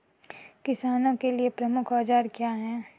किसानों के लिए प्रमुख औजार क्या हैं?